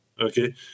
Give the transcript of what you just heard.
Okay